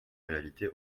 réalité